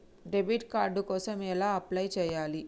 Debit card కోసం ఎలా apply చేయాలి?